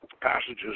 passages